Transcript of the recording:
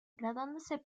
graduándose